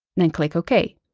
then click ok.